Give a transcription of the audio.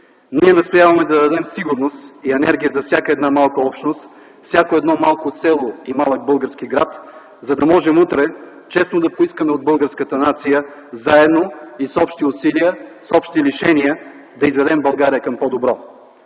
Ние настояваме да дадем сигурност и енергия за всяка една малка общност, всяко едно малко село и малък български град, за да можем утре честно да поискаме от българската нация заедно и с общи усилия, с общи лишения да изведем България към по-добро!